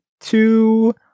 two